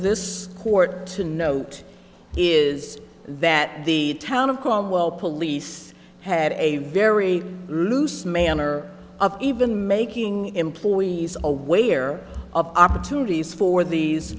this court to note is that the town of caldwell police had a very loose manner of even making employees aware of opportunities for these